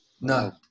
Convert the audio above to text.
no